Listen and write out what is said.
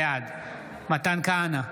בעד מתן כהנא,